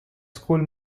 school